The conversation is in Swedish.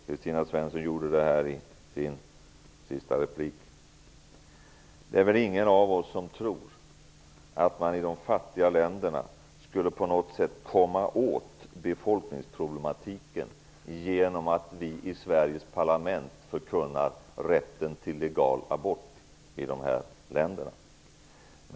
Kristina Svensson gjorde det här i sin senaste replik. Det är väl ingen av oss som tror att man i de fattiga länderna på något sätt skulle komma åt befolkningsproblematiken genom att vi i Sveriges parlament förkunnar rätten till legal abort i dessa länder.